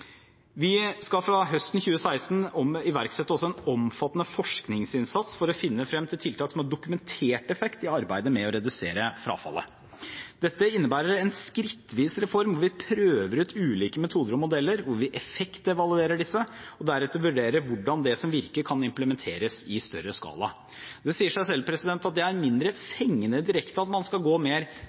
Vi skal fra høsten 2016 også iverksette en omfattende forskningsinnsats for å finne frem til tiltak som har dokumentert effekt i arbeidet med å redusere frafallet. Dette innebærer en skrittvis reform, hvor vi prøver ut ulike metoder og modeller, hvor vi effektevaluerer disse og deretter vurderer hvordan det som virker, kan implementeres i større skala. Det sier seg selv at det er mindre fengende at man skal gå mer